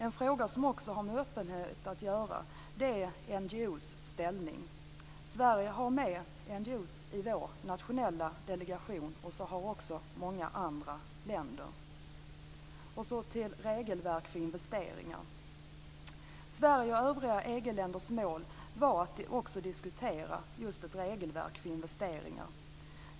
En fråga som också har med öppenhet att göra är frågan om NGO:ernas ställning. Sverige har med NGO:er i sin nationella delegation, och det har också många andra länder. Så går jag över till regelverk för investeringar. Sveriges och övriga EG-länders mål var att också diskutera just ett regelverk för investeringar.